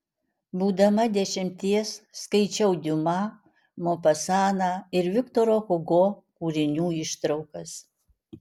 būdama dešimties skaičiau diuma mopasaną ir viktoro hugo kūrinių ištraukas